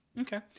okay